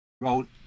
wrote